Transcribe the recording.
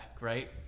right